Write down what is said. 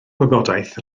wybodaeth